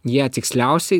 ją tiksliausiai